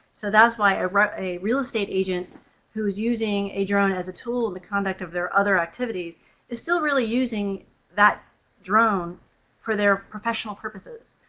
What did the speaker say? so that's why ah a real estate agent who is using a drone as a tool in the conduct of their other activities is still really using that drone for their professional purposes.